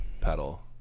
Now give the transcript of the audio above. pedal